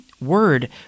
word